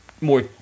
more